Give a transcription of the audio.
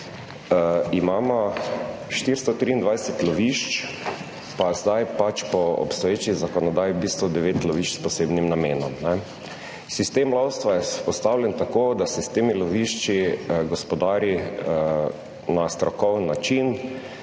imamo 423 lovišč pa sedaj pač po obstoječi zakonodaji v bistvu devet lovišč s posebnim namenom. Sistem lovstva je vzpostavljen tako, da se s temi lovišči gospodari na strokoven način,